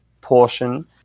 portion